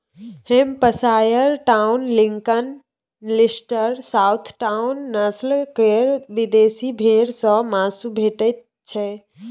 Hampshire Down, Lincoln, Leicester, South Down, नस्ल केर विदेशी भेंड़ सँ माँसु भेटैत छै